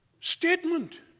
statement